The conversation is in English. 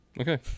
Okay